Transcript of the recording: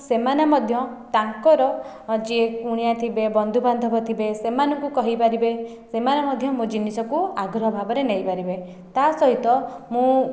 ସେମାନେ ମଧ୍ୟ ତାଙ୍କର ଯିଏ କୁଣିଆ ଥିବେ ବନ୍ଧୁବାନ୍ଧବ ଥିବେ ସେମାନଙ୍କୁ କହିପାରିବେ ସେମାନେ ମଧ୍ୟ ମୋ ଜିନିଷକୁ ଆଗ୍ରହ ଭାବରେ ନେଇପାରିବେ ତା ସହିତ ମୁଁ